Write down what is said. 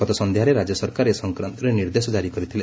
ଗତ ସନ୍ଧ୍ୟାରେ ରାଜ୍ୟ ସରକାର ଏ ସଂକ୍ରାନ୍ତରେ ନିର୍ଦ୍ଦେଶ ଜାରି କରିଥିଲେ